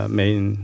main